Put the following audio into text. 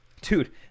dude